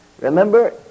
Remember